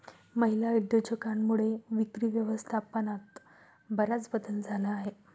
महिला उद्योजकांमुळे विक्री व्यवस्थापनात बराच बदल झाला आहे